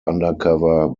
undercover